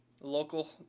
Local